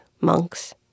monks